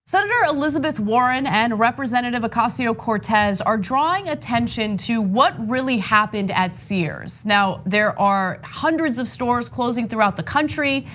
senator elizabeth warren and representative ocasio-cortez are drawing attention to what really happened at sears. now there are hundreds of stores closing throughout the country.